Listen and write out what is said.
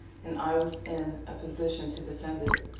and i was in a position to defend it.